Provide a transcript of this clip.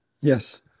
Yes